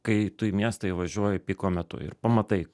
kai tu į miestą įvažiuoji piko metu ir pamatai